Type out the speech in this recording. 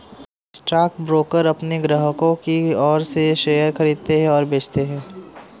stockbroker अपने ग्राहकों की ओर से शेयर खरीदते हैं और बेचते हैं